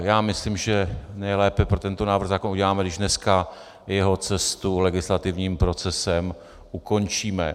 Já myslím, že nejlépe pro tento návrh zákona uděláme, když dneska jeho cestu legislativním procesem ukončíme.